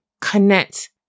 connect